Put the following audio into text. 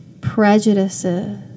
prejudices